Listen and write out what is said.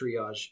triage